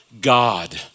God